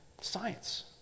science